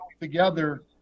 together